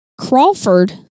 Crawford